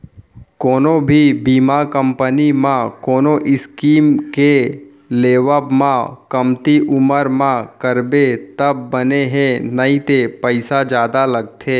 कोनो भी बीमा कंपनी म कोनो स्कीम के लेवब म कमती उमर म करबे तब बने हे नइते पइसा जादा लगथे